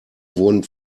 wurden